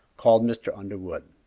called mr. underwood.